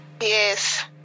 yes